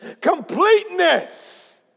Completeness